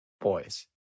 boys